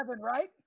right